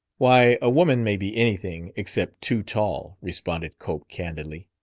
why, a woman may be anything except too tall, responded cope candidly.